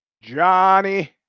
Johnny